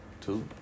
Two